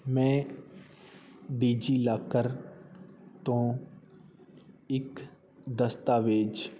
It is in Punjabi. ਮੈਂ ਡਿਜੀਲਾਕਰ ਤੋਂ ਇੱਕ ਦਸਤਾਵੇਜ਼